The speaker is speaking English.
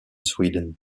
sweden